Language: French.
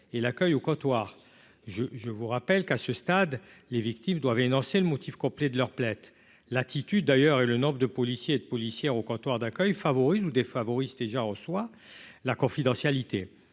et l'accueil au comptoir, je, je vous rappelle qu'à ce stade, les victimes doivent financer le motif complet de leur plaide l'attitude d'ailleurs et le nombre de policiers et de policière au comptoir d'accueil favorise ou défavorise déjà reçoit la confidentialité,